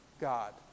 God